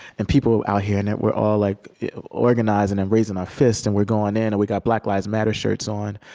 and people out here in it were all like organizing and raising our fists. and we're going in, and we got black lives matter shirts on.